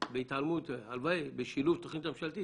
הלוואי בשילוב תוכנית ממשלתית.